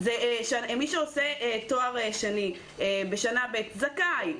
מי שעשה תואר שני בשנה ב' היה זכאי,